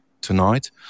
tonight